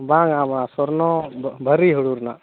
ᱵᱟᱝᱟ ᱵᱟᱝ ᱥᱚᱨᱱᱚ ᱵᱷᱟᱨᱤ ᱦᱩᱲᱩ ᱨᱮᱱᱟᱜ